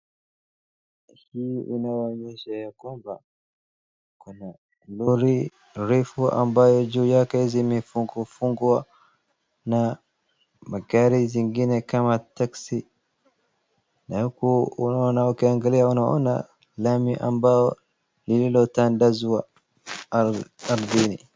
Hii inaonyesha ya kwamba, kuna lori refu ambayo juu yake zimefungwafungwa na magari zingine kama taksi na huku unaona ukiangalia unaona lami ambayo iliyotandazwa ardhini.